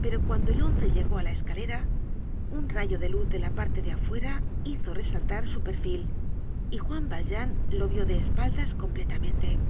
pero cuando el hombre llegó á la escalera un rayo de luz de la parte de afuera hizo resaltar su perfil y juan valjean lo vió de espaldas completamente